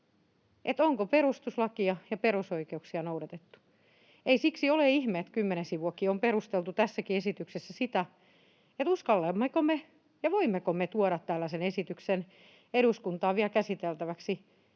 onko perustuslakia ja perusoikeuksia noudatettu. Ei siksi ole ihme, että kymmenenkin sivua on perusteltu tässäkin esityksessä sitä, uskallammeko me ja voimmeko me tuoda tällaisen esityksen eduskuntaan käsiteltäväksi